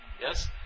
Yes